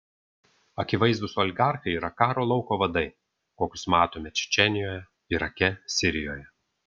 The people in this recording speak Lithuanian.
akivaizdūs oligarchai yra karo lauko vadai kokius matome čečėnijoje irake sirijoje